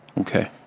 Okay